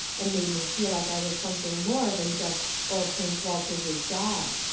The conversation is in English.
and made me feel like i was something more than jest old hank walters's dog.